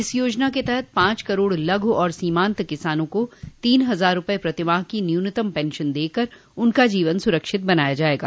इस योजना के तहत पांच करोड़ लघु और सीमान्त किसानों को तीन हजार रूपये प्रतिमाह की न्यूनतम पेंशन देकर उनका जीवन सुरक्षित बनाया जायेगा